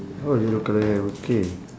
orh yellow colour hair okay